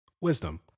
wisdom